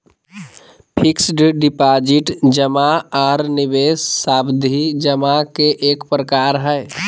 fixed deposit जमा आर निवेश सावधि जमा के एक प्रकार हय